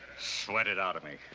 sweat it out of me.